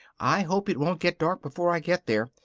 i hope it won't get dark before i get there.